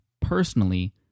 personally